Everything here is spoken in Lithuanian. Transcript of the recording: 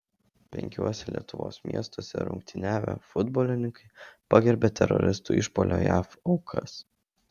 penkiuose lietuvos miestuose rungtyniavę futbolininkai pagerbė teroristų išpuolio jav aukas